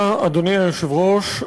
אדוני היושב-ראש,